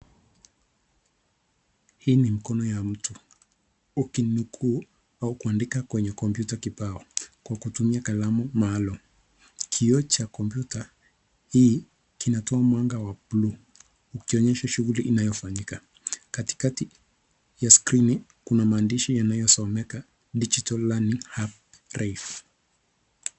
Hii ni mkono ya mtu ukinukuu au kuandika kwa kompyuta kibao kwa kutumia kalamu maalum. Kioo cha kompyuta hii kinatoa mwanga wa bluu ikionyesha shughuli inayofanyika. Katikati ya skrini kuna maandishi yanayosomeka digital learning hub reiff .